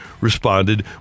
responded